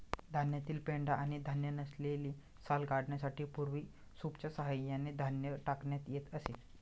धान्यातील पेंढा आणि धान्य नसलेली साल काढण्यासाठी पूर्वी सूपच्या सहाय्याने धान्य टाकण्यात येत असे